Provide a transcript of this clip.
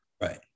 Right